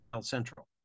Central